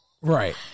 Right